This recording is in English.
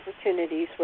opportunities